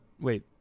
Wait